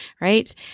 right